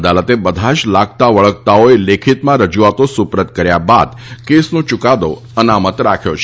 અદાલતે બધા જ લગતા વળગતાઓએ લેખિતમાં રજૂઆતો સુપરત કર્યા બાદ કેસનો ચૂકાદો અનામત રાખ્યો છે